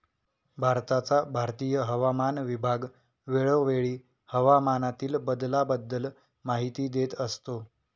भारताचा भारतीय हवामान विभाग वेळोवेळी हवामानातील बदलाबद्दल माहिती देत असतो